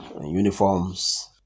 uniforms